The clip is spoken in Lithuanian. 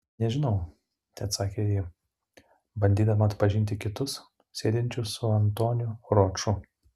nežinau teatsakė ji bandydama atpažinti kitus sėdinčius su antoniu roču